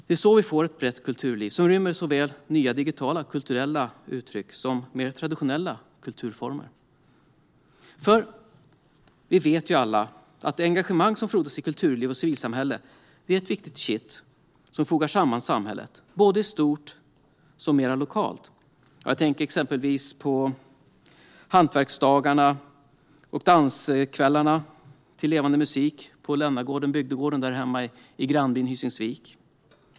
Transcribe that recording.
Det är så vi får ett brett kulturliv som rymmer såväl nya digitala kulturella uttryck som mer traditionella kulturformer, för vi vet ju alla att det engagemang som frodas i kulturliv och civilsamhälle är ett viktigt kitt som fogar samman samhället både i stort och mer lokalt. Jag tänker exempelvis på hantverksdagarna och danskvällarna till levande musik på Lännagården, bygdegården, därhemma i grannbyn Hysingsvik.